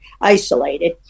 isolated